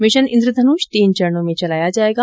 mission Indradhanush तीन चरणों में चलाया जायेगा